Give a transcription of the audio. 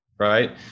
Right